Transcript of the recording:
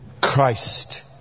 Christ